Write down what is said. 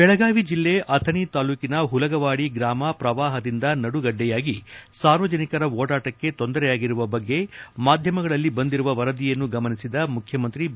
ಬೆಳಗಾವಿ ಜಿಲ್ಲೆ ಅಥಣಿ ತಾಲೂಕಿನ ಹುಲಗವಾದಿ ಗ್ರಾಮ ಪ್ರವಾಹದಿಂದ ನಡುಗಡ್ಲೆಯಾಗಿ ಸಾರ್ವಜನಿಕರ ಓಡಾಟಕ್ಕೆ ತೊಂದರೆಯಾಗಿರುವ ಬಗ್ಗೆ ಮಾಧ್ಯಮಗಳಲ್ಲಿ ಬಂದಿರುವ ವರದಿಯನ್ನು ಗಮನಿಸಿದ ಮುಖ್ಯಮಂತ್ರಿ ಬಿ